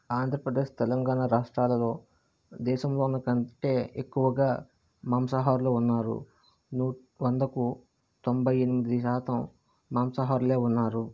ఆంధ్రప్రదేశ్ తెలంగాణ రాష్ట్రాలలో దేశంలో కంటే ఎక్కువగా మాంసాహారులు ఉన్నారు నూటి వందకు తొంభై ఎనిమిది శాతం మాంసాహారులే ఉన్నారు